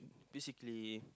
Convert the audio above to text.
basically